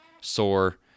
sore